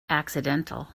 accidental